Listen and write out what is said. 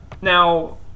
Now